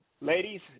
Ladies